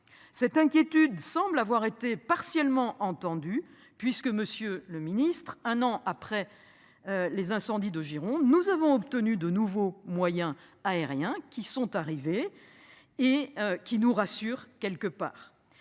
Cette inquiétude semble avoir été partiellement entendu puisque monsieur le Ministre, un an après. Les incendies de Gironde. Nous avons obtenu de nouveaux moyens aériens qui sont arrivés et qui nous rassure quelque part.